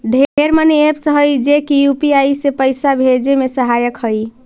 ढेर money apps हई जे की यू.पी.आई से पाइसा भेजे में सहायक हई